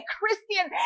Christian